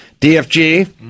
DFG